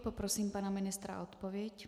Poprosím pana ministra o odpověď.